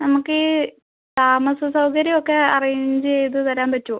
നമുക്ക് ഈ താമസ സൗകര്യം ഒക്കെ അറേഞ്ച് ചെയ്ത് തരാൻ പറ്റുമോ